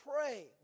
pray